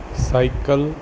cycle